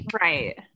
right